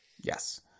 yes